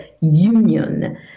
union